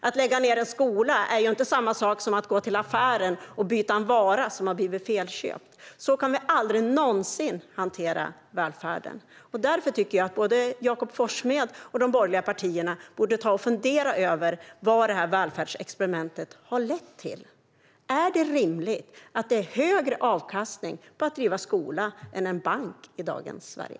Att lägga ned en skola är inte samma sak som att gå till affären och byta en vara som är ett felköp. Vi kan aldrig någonsin hantera välfärden på det sättet. Jag tycker att Jakob Forssmed och de borgerliga partierna borde fundera över vad välfärdsexperimentet har lett till. Är det rimligt att avkastningen för att driva en skola är högre än för att driva en bank i dagens Sverige?